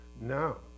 No